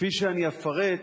כפי שאני אפרט,